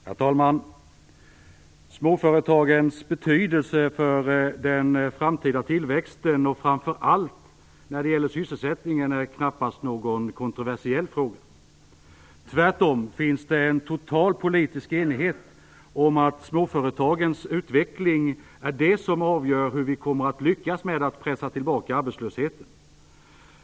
Herr talman! Småföretagens betydelse för den framtida tillväxten och framför allt för sysselsättningen är knappast någon kontroversiell fråga. Tvärtom råder det en total politisk enighet om att småföretagens utveckling är det som avgör om vi kommer att lyckas med att pressa tillbaka arbetslösheten.